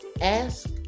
ask